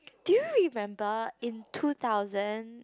do you remember in two thousand